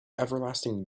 everlasting